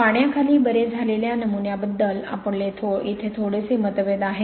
पाण्याखाली बरे झालेल्या नमुन्याबद्दल आपले येथे थोडेसे मतभेद आहेत